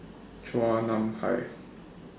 Chua Nam Hai